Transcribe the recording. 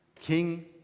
King